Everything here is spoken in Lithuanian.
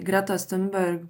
gretos thunberg